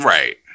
Right